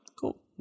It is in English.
cool